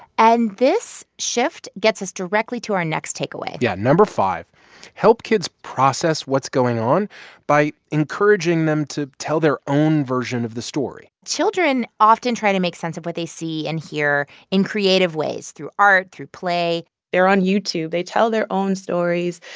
and this shift gets us directly to our next takeaway yeah. no. five help kids process what's going on by encouraging them to tell their own version of the story children often try to make sense of what they see and hear in creative ways through art, through play they're on youtube. they tell their own stories.